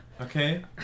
Okay